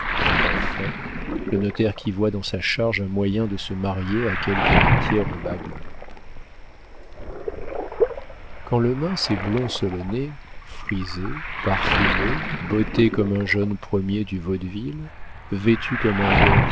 enfin le notaire qui voit dans sa charge un moyen de se marier à quelque héritière en bas bleus quand le mince et blond solonet frisé parfumé botté comme un jeune premier du vaudeville vêtu comme un